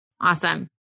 awesome